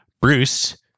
Bruce